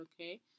okay